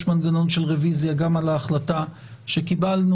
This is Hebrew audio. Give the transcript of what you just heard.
מנגנון של רוויזיה גם על ההחלטה שקיבלנו.